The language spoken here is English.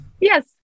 Yes